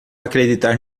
acreditar